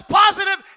positive